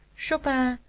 chopin,